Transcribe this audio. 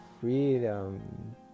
freedom